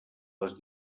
les